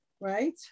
right